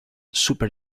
super